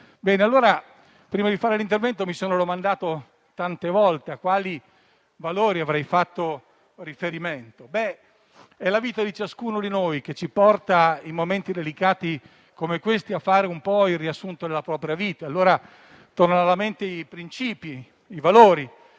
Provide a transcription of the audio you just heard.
di civiltà. Prima di fare questo intervento, mi sono domandato tante volte a quali valori avrei fatto riferimento. È la vita di ciascuno di noi che ci porta in momenti delicati come questi a fare un po' il riassunto della propria vita. Allora tornano alla mente i principi e i valori,